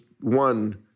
one